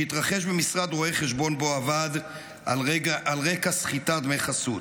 שהתרחש במשרד רואי החשבון שבו עבד על רקע סחיטת דמי חסות.